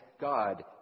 God